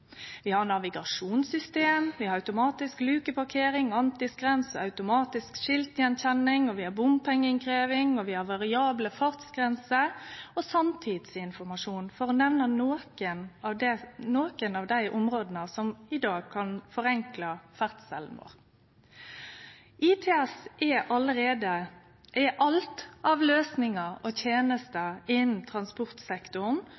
Vi har navigasjonssystem, vi har automatisk lukeparkering, antiskrens og automatisk skiltattkjenning, vi har bompengeinnkrevjing, og vi har variable fartsgrenser og sanntidsinformasjon, for å nemne nokre av dei områda som i dag kan forenkle ferdselen vår. ITS er alt av løysingar og